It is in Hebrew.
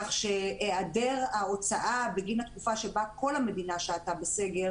כך שהיעדר ההוצאה בגין התקופה שבה כל המדינה שהתה בסגר